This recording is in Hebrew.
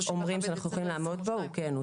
אומרים שאנחנו יכולים לעמוד בו הוא 31 בדצמבר 2022,